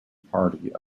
party